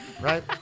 Right